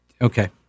Okay